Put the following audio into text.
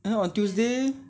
然后 on tuesday